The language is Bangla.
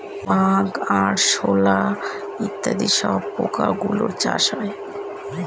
বাগ, আরশোলা ইত্যাদি সব পোকা গুলোর চাষ হয়